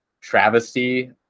travesty